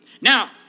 Now